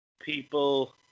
people